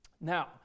Now